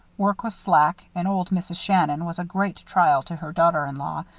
work was slack and old mrs. shannon was a great trial to her daughter-in-law,